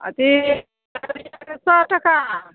अथी अररिया के सओ टाका